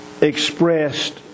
expressed